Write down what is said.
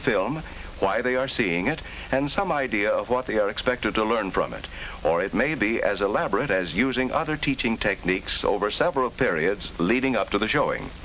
the film why they are seeing it and some idea of what they are expected to learn from it or it may be as elaborate as using other teaching techniques over several periods leading up to the showing